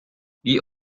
wie